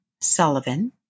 Sullivan